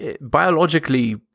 biologically